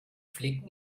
flicken